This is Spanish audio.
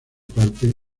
parte